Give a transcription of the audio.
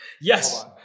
Yes